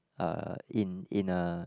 uh in in a